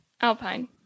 Alpine